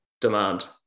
demand